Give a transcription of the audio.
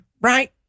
Right